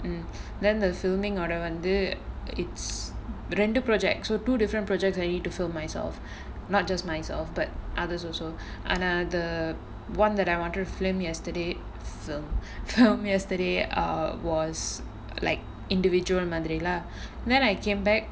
mm then the filming order வந்து:vanthu it's ரெண்டு:rendu project so two different project I need to film myself not just myself but others also ஆனா அது:aanaa athu [one] that I want to flim yesterday film film yesterday err was like individual மாதிரிலா:maathirilaa lah then I came back